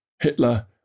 Hitler